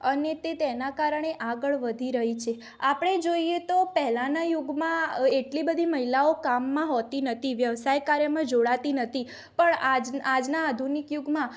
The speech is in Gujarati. અને તે તેના કારણે આગળ વધી રહી છે આપણે જોઈએ તો પહેલાના યુગમાં એટલી બધી મહિલાઓ કામમાં હોતી નહોતી વ્યવસાય કાર્યમાં જોડાતી નહોતી પણ આ આજના આધુનિક યુગમાં